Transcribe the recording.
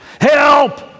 Help